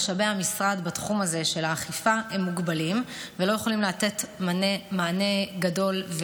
משאבי המשרד בתחום הזה של האכיפה מוגבלים ולא יכולים לתת מענה גדול,